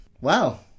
Wow